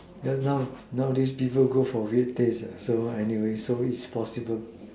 cause now nowadays people go for weird taste so anyway its possible